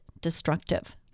destructive